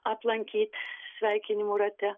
aplankyt sveikinimų rate